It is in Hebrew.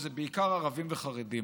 שזה בעיקר ערבים וחרדים.